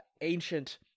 ancient